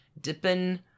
dipping